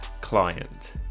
client